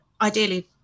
ideally